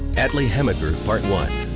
atlee hammaker part one.